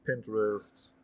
Pinterest